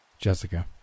Jessica